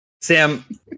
Sam